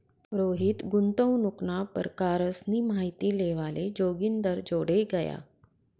रोहित गुंतवणूकना परकारसनी माहिती लेवाले जोगिंदरजोडे गया